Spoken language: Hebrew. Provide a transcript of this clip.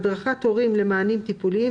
הדרכת הורים למענים טיפוליים,